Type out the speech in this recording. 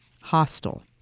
hostile